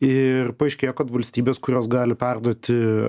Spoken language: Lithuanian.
ir paaiškėjo kad valstybės kurios gali perduoti